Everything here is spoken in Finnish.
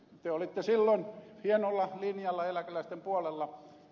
te olitte silloin hienolla linjalla eläkeläisten puolella